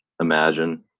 imagine